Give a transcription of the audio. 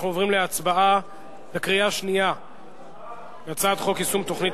אנחנו עוברים להצבעה בקריאה שנייה על הצעת חוק יישום תוכנית